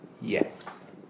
yes